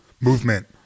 movement